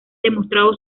demostrado